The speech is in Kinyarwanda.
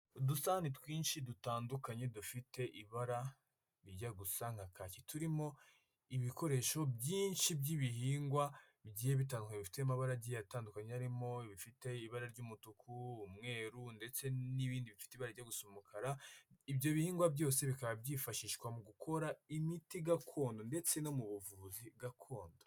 Uhandusai twinshi dutandukanye dufite ibara rijya gusaa turimo ibikoresho byinshi by'ibihingwa bigiye bi bitaye bifite amabara agiye atandukanye arimo ibifite ibara ry'umutuku, umweruru ndetse n'ibindi bifite ibara rijyagusa umukara, ibyo bihingwa byose bikaba byifashishwa mu gukora imiti gakondo ndetse no mu buvuzi gakondo.